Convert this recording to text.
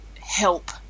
help